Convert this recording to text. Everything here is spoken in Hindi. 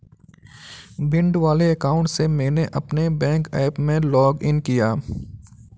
भिंड वाले अकाउंट से मैंने अपने बैंक ऐप में लॉग इन किया